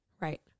Right